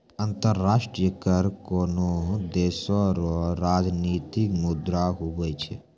अंतर्राष्ट्रीय कर कोनोह देसो रो राजनितिक मुद्दा हुवै छै